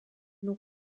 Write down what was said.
noch